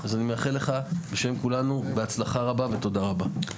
אז אני מאחל לך בשם כולנו הצלחה רבה ותודה רבה.